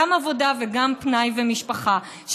גם עבודה וגם פנאי ומשפחה,